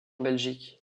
belgique